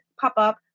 Pop-Up